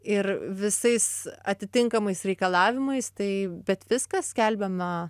ir visais atitinkamais reikalavimais tai bet viskas skelbiama